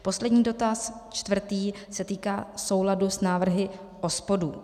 Poslední dotaz, čtvrtý, se týká souladu s návrhy OSPOD.